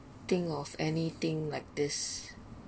think of anything like this